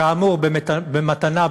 כאמור ב"מתנה".